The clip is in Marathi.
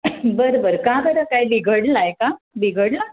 बरं बरं का बरं काय बिघडला आहे का बिघडला